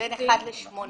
בין מיליון לשמונה מיליון.